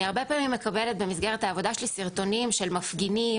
אני הרבה פעמים מקבלת במסגרת העבודה שלי סרטונים של מפגינים,